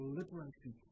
liberation